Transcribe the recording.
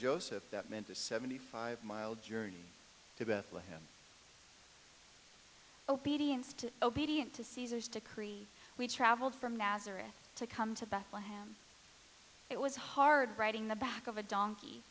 joseph that meant a seventy five mile journey to bethlehem obedience to obedient to caesar's decrees we travelled from nazareth to come to bethlehem it was hard riding the back of a donkey